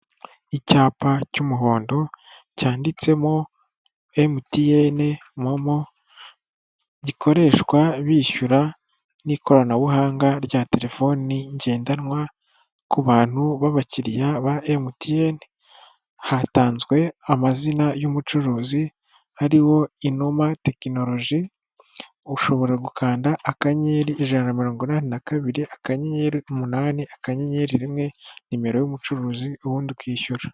Icyapa cy'umuhondo cyanditsemo Mtn momo, gikoreshwa bishyura n'ikoranabuhanga rya telefoni ngendanwa ku bantu b'abakiriya ba mtn, hatanzwe amazina y'umucuruzi hariho inuma tekinoloji, ushobora gukanda akanyeri ijana na mirongo inani na kabiri akanyenyeri umunani akanyenyeri rimwe nimero y'umucuruzi, ubundi ukishyura.